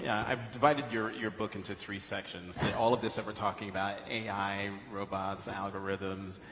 yeah i've divided your your book into three sections. all of this that we're talking about, ai, robots, algorithms,